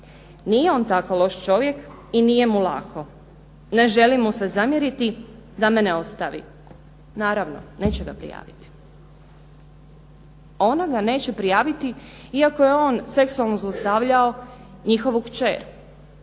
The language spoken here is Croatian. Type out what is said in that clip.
"Nije on tako loš čovjek i nije mu lako. Ne želim mu se zamjeriti da me ne ostavi." Naravno neće ga prijaviti. Ona ga neće prijaviti iako je on seksualno zlostavljao njihovu kćer,